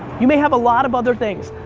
you may have a lot of other things.